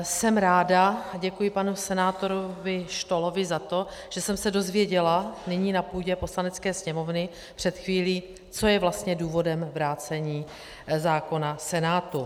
Jsem ráda, děkuji panu senátoru Štohlovi za to, že jsem se dozvěděla nyní na půdě Poslanecké sněmovny před chvílí, co je vlastně důvodem vrácení zákona Senátu.